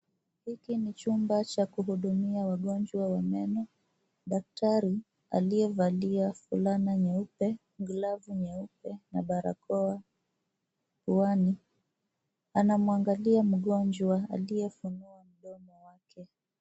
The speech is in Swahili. Hiki ni chumba cha kuhudumia wagonjwa wa meno. Daktari aliyevalia fulana nyeupe, glavu nyeupe, na barakoa puani. Anamwangalia mgonjwa, aliyefunua mdomo wake.